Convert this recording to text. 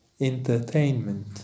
entertainment